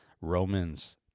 Romans